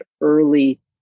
early